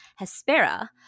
Hespera